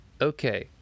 okay